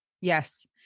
Yes